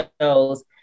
shows